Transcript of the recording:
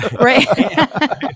right